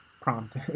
prompt